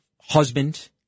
husband